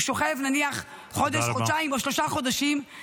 הוא שוכב נניח חודש חודשיים או שלושה חודשים -- תודה רבה.